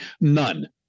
none